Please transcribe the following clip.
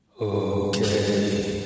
Okay